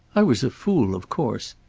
i was a fool, of course.